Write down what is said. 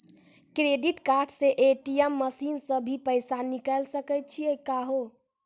Credit card से ATM machine से भी पैसा निकल सकै छि का हो?